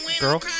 Girl